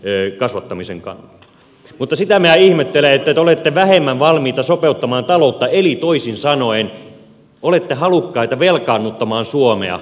mutta sitä minä ihmettelen että te olette vähemmän valmiita sopeuttamaan taloutta eli toisin sanoen olette halukkaita velkaannuttamaan suomea enemmän